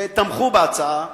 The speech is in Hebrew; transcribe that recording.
שתמכו בהצעה.